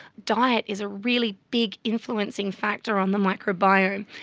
diet is a really big influencing factor on the microbiome.